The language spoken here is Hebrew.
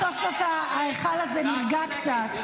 סליחה,